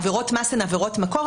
עבירות מס הן עבירות מקור,